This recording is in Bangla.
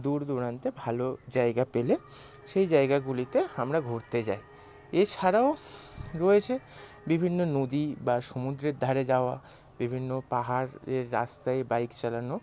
দূর দূরান্তে ভালো জায়গা পেলে সেই জায়গাগুলিতে আমরা ঘুরতে যাই এছাড়াও রয়েছে বিভিন্ন নদী বা সমুদ্রের ধারে যাওয়া বিভিন্ন পাহাড়ের রাস্তায় বাইক চালানো